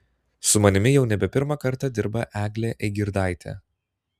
su manimi jau nebe pirmą kartą dirba eglė eigirdaitė